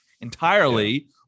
entirely